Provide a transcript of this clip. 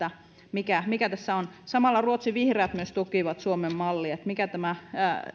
mikä mikä tässä on samalla myös ruotsin vihreät tukivat suomen mallia niin että mikä tämä